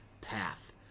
path